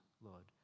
Lord